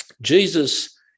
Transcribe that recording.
Jesus